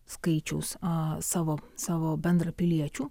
skaičiaus a savo savo bendrapiliečių